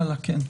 הלאה, כן.